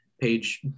page